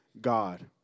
God